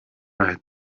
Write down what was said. read